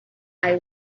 eye